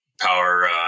power